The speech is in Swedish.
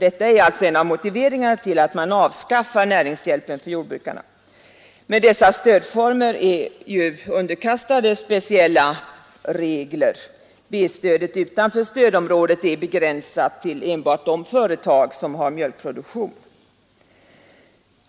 Detta är alltså en av motiveringarna till att man avskaffar näringshjälpen för jordbrukare. Men dessa stödformer är underkastade speciella regler. B-stödet utanför stödområdet är begränsat till enbart de företag som har mjölkproduktion.